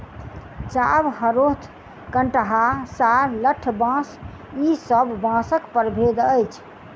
चाभ, हरोथ, कंटहा आ लठबाँस ई सब बाँसक प्रभेद अछि